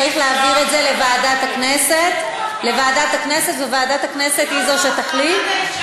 צריך להעביר את זה לוועדת הכנסת והיא שתחליט,